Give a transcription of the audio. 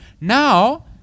Now